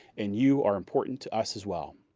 and you are important to us as well.